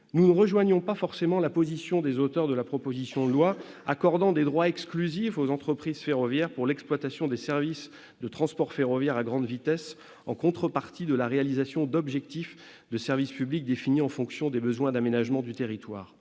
nous ne rejoignons pas forcément la position des auteurs de la proposition de loi, qui souhaitent accorder « des droits exclusifs aux entreprises ferroviaires pour l'exploitation des services de transport ferroviaire à grande vitesse, en contrepartie de la réalisation d'obligations de service public définies en fonction des besoins d'aménagement du territoire